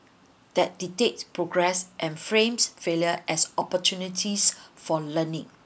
that dictate progress and frames failure as opportunities for learning